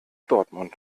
dortmund